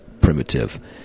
primitive